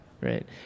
Right